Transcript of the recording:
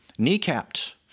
kneecapped